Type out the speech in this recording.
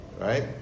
Right